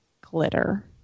glitter